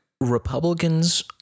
Republicans